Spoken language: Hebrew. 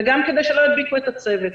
וגם כדי שלא ידביקו את הצוות.